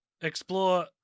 explore